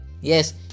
Yes